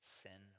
sin